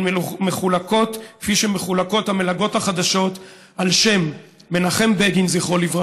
הן מחולקות כפי שמחולקות המלגות החדשות על שם מנחם בגין ז"ל,